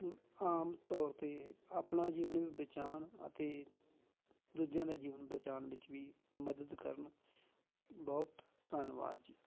ਆਮ ਤੌਰ 'ਤੇ ਆਪਣਾ ਜੀਵਨ ਬਚਾਉਣ ਅਤੇ ਦੂਜਿਆਂ ਦੇ ਜੀਵਨ ਬਚਾਉਣ ਵਿੱਚ ਵੀ ਮਦਦ ਕਰਨ ਬਹੁਤ ਧੰਨਵਾਦ ਜੀ